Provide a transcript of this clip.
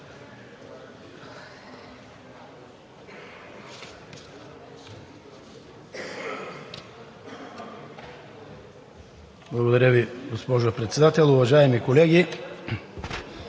Благодаря Ви. Госпожо Председател, уважаеми колеги!